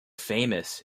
famous